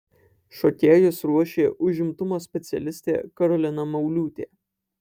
šokėjus ruošė užimtumo specialistė karolina mauliūtė